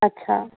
हा